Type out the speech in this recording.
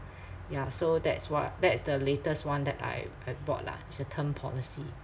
ya so that's what that's the latest one that I I bought lah it's a term policy